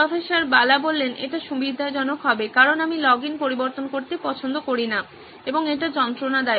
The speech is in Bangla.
প্রফেসর বালা এটি সুবিধাজনক হবে কারণ আমি লগইন পরিবর্তন করতে পছন্দ করিনা এবং এটি যন্ত্রণাদায়ক